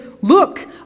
look